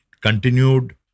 continued